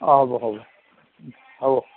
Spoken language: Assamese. অঁ হ'ব হ'ব হ'ব